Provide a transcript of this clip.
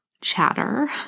chatter